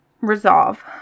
resolve